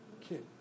Kid